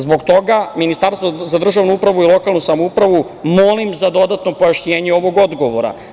Zbog toga Ministarstvo za državnu upravu i lokalnu samoupravu molim za dodatno pojašnjenje ovog odgovora.